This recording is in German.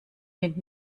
mit